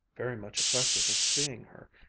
very much affected at seeing her,